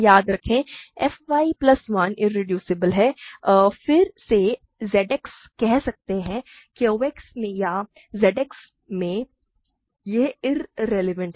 याद रखें f y plus 1 irreducible है फिर से Z X में कह सकते हैं Q X या Z X में यह इररिलेवेंट है